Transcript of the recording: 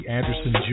Anderson